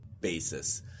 basis